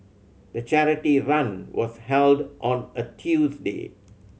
the charity run was held on a Tuesday